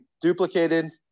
duplicated